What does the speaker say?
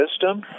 system